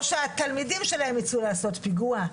או שהתלמידים שלהם יצאו לעשות פיגוע.